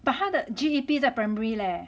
but 他的 G_E_P 在 primary leh